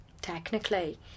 Technically